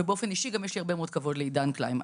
ובאופן אישי גם יש לי הרבה מאוד כבוד לעידן קלימן,